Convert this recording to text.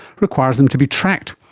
requires them to be tracked.